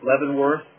Leavenworth